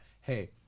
hey